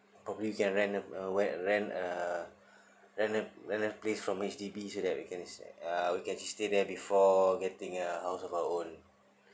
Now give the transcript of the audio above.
probably we can rent wen~ rent a rent renting place from H_D_B so that we can uh we can stay there before getting our house of our own